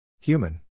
Human